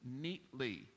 neatly